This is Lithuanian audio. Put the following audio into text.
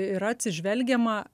yra atsižvelgiama